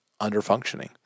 underfunctioning